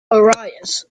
arias